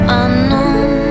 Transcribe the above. unknown